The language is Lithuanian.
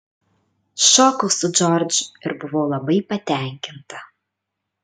šokau su džordžu ir buvau labai patenkinta